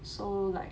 so like